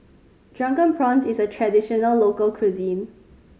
Drunken Prawns is a traditional local cuisine